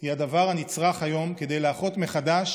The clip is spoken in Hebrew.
היא הדבר הנצרך היום כדי לאחות מחדש